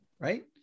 right